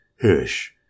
Hirsch